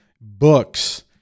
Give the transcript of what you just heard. books